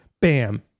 bam